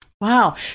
Wow